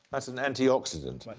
it's an antioxidant.